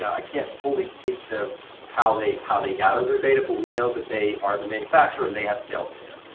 i can't fully speak to how they how they gather their data, but we know that they are the manufacturer and they have sales data,